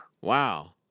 Wow